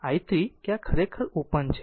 i3 કે આ ખરેખર ઓપન છે